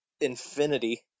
infinity